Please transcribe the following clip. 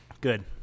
Good